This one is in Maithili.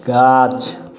गाछ